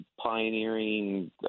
pioneering